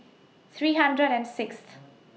three hundred and Sixth